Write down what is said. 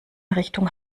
richtung